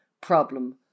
problem